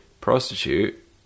prostitute